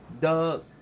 Doug